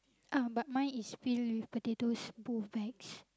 uh but mine is peel potatoes both bags